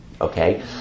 Okay